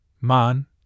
Man